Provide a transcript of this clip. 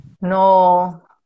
No